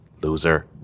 Loser